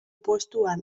postuan